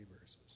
verses